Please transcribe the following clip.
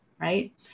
right